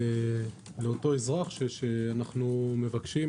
לאותו אזרח, שאנו מבקשים